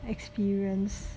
experience